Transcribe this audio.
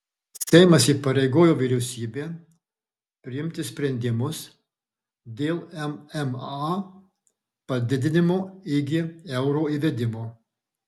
seimas įpareigojo vyriausybę priimti sprendimus dėl mma padidinimo iki euro įvedimo